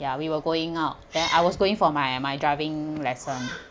ya we were going out then I was going for my my driving lesson